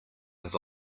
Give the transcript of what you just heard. have